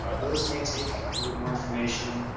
um those may take a little more information,